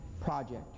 project